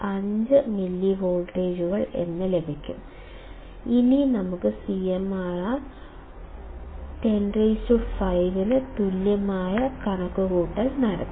5 മില്ലിവോൾട്ടുകൾ ലഭിക്കും ഇനി നമുക്ക് CMMR 105 ന് തുല്യമായ കണക്കുകൂട്ടൽ നടത്താം